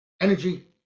energy